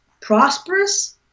prosperous